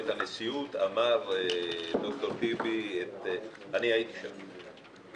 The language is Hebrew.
אמר ד"ר דוקטור טיבי: "אני הייתי שם".